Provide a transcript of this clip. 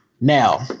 Now